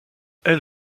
elle